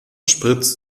spritzt